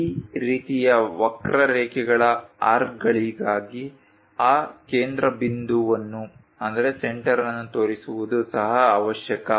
ಈ ರೀತಿಯ ವಕ್ರಾರೇಖೆಗಳ ಆರ್ಕ್ಗಳಿಗಾಗಿ ಆ ಕೇಂದ್ರಬಿಂದುವನ್ನು ತೋರಿಸುವುದು ಸಹ ಅವಶ್ಯಕ